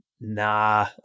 nah